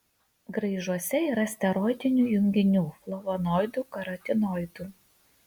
graižuose yra steroidinių junginių flavonoidų karotinoidų